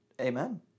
Amen